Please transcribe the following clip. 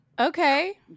Okay